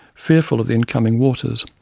fearful of the incoming waters.